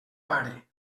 pare